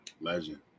Legend